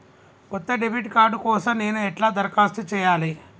కొత్త debit card కోసం నేను ఎట్లా దరఖాస్తు చేయాలి?